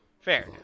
Fair